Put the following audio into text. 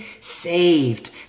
saved